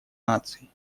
наций